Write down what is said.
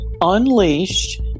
unleashed